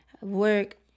work